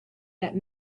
that